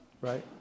right